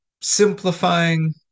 simplifying